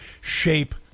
shape